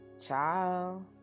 ciao